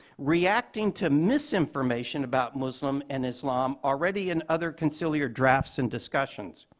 reacting to misinformation about muslim and islam already in other conciliar drafts and discussions.